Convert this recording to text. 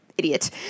idiot